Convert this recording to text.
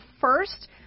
first